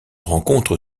rencontre